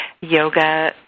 Yoga